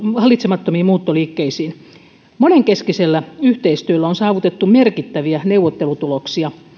hallitsemattomiin muuttoliikkeisiin monenkeskisellä yhteistyöllä on saavutettu merkittäviä neuvottelutuloksia